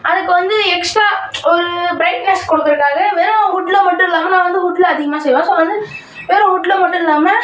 அதுக்கு வந்து எக்ஸ்ட்ரா ஒரு ப்ரைட்னஸ் கொடுக்கறதுக்காக வெறும் வுட்ல மட்டும் இல்லாமல் நான் வந்து வுட்ல அதிகமாக செய்வேன் ஸோ வந்து வெறும் வுட்ல மட்டும் இல்லாமல்